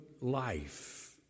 life